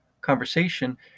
conversation